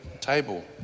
table